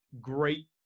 great